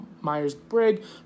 myers-briggs